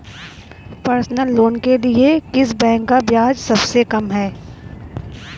Personal loan के लिए किस बैंक का ब्याज सबसे कम है?